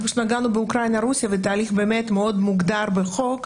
אנחנו פשוט נגענו באוקראינה ורוסיה והתהליך באמת מאוד מוגדר בחוק,